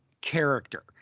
character